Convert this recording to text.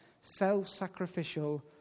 self-sacrificial